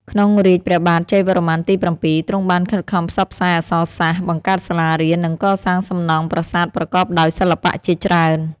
ក្នុងរាជ្យព្រះបាទជ័យវរ្ម័នទី៧ ទ្រង់បានខិតខំផ្សព្វផ្សាយអក្សរសាស្ត្រ បង្កើតសាលារៀន និងកសាងសំណង់ប្រាសាទប្រកបដោយសិល្បៈជាច្រើន។